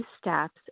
steps